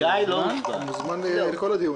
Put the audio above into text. הוא הוזמן לכל הדיונים.